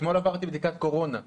אתמול עברתי בדיקת קורונה ראשונה,